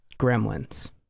Gremlins